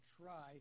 try